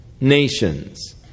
nations